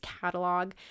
catalog